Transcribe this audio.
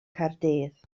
caerdydd